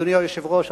אדוני היושב-ראש,